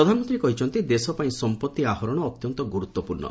ପ୍ରଧାନମନ୍ତ୍ରୀ କହିଛନ୍ତି ଦେଶପାଇଁ ସମ୍ପତ୍ତି ଆହରଣ ଅତ୍ୟନ୍ତ ଗୁରୁତ୍ୱପୂର୍ଣ୍ଣ